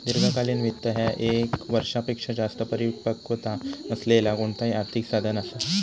दीर्घकालीन वित्त ह्या ये क वर्षापेक्षो जास्त परिपक्वता असलेला कोणताही आर्थिक साधन असा